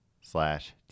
slash